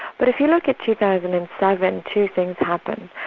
but if you look at two thousand and seven, two things happened.